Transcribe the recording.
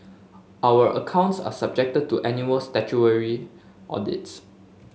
our accounts are subjected to annual statutory audits